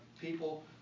people